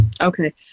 Okay